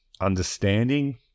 understanding